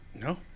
No